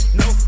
no